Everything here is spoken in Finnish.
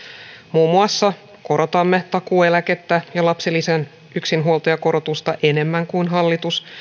muun muassa korotamme takuueläkettä ja lapsilisän yksinhuoltajakorotusta enemmän kuin hallitus